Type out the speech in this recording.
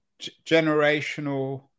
generational